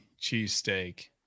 cheesesteak